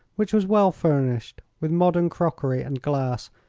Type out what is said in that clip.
which was well furnished with modern crockery and glass,